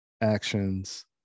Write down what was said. actions